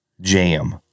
jam